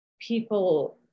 people